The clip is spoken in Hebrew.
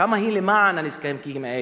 כמה היא למען הנזקקים האלה.